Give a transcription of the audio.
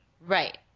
Right